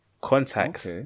contacts